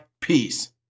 peace